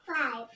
Five